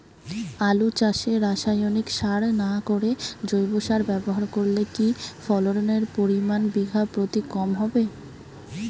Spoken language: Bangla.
আলু চাষে রাসায়নিক সার না করে জৈব সার ব্যবহার করলে কি ফলনের পরিমান বিঘা প্রতি কম হবে?